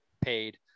paid